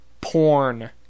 Porn